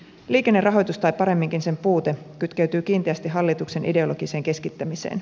liikennerahoitus tai paremminkin sen puute kytkeytyy kiinteästi hallituksen ideologiseen keskittämiseen